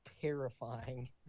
terrifying